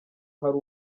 hari